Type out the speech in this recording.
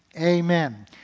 Amen